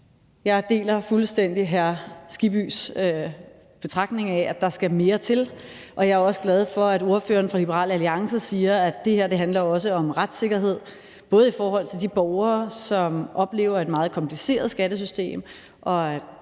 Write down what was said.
Jeg deler fuldstændig hr. Hans Kristian Skibbys betragtning af, at der skal mere til, og jeg er også glad for, at ordføreren for Liberal Alliance siger, at det her også handler om retssikkerhed, både i forhold til de borgere, som oplever et meget kompliceret skattesystem